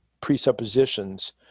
presuppositions